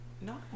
No